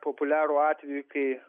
populiarų atvejį kai